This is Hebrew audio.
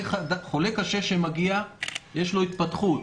חולה קשה שמגיע יש לו התפתחות.